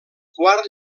quart